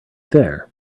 there